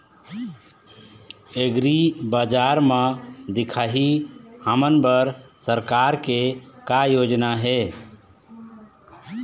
एग्रीबजार म दिखाही हमन बर सरकार के का योजना हे?